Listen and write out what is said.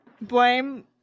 blame